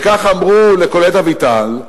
וכך אמרו לקולט אביטל,